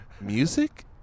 music